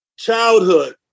childhood